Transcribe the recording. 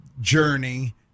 journey